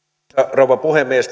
rouva puhemies